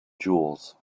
jewels